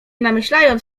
namyślając